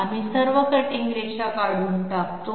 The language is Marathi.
आम्ही सर्व कटिंग रेषा काढून टाकतो